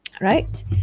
right